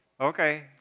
Okay